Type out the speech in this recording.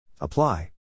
Apply